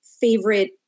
favorite